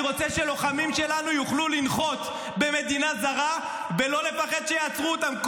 אני רוצה שלוחמים שלנו יוכלו לנחות במדינה זרה ולא לפחד שיעצרו אותם.